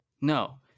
No